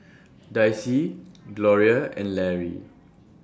Dicie Gloria and Lary